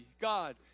God